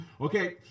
Okay